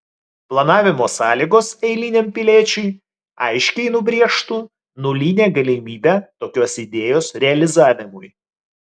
planavimo sąlygos eiliniam piliečiui aiškiai nubrėžtų nulinę galimybę tokios idėjos realizavimui